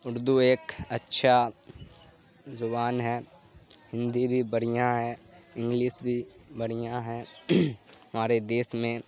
اردو ایک اچھا زبان ہے ہندی بھی بڑھیاں ہے انگلس بھی بڑھیاں ہے ہمارے دیس میں